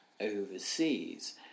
overseas